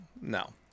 No